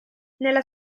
nella